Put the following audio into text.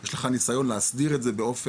יש לך ניסיון להסדיר את זה באופן,